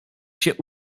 się